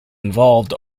involved